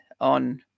on